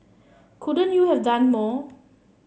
couldn't you have done more